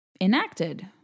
enacted